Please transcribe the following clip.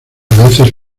veces